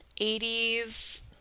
80s